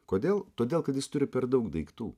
kodėl todėl kad jis turi per daug daiktų